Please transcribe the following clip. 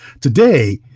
Today